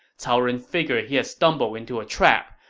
cao ren figured he had stumbled into a trap,